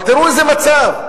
אבל תראו איזה מצב.